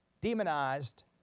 demonized